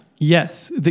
Yes